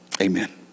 Amen